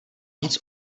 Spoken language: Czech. nic